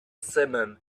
simum